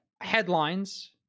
headlines